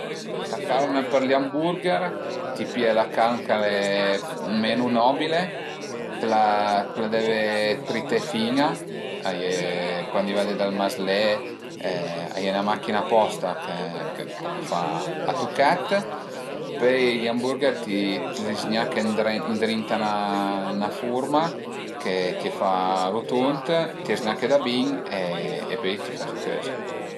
La carn për gli hamburger, ti pìe la carn ch'al e menu nobile, t'la deve trité fin-a, a ie cuandi vade dal mazlé a ie ìna macchina aposta ch'a fa a tuchèt, pöi gli hamburger li z-gnache ëndrinta a 'na 'na furma che che fa rutund, ti z-gnache da bin e pöi t'ie faze cözi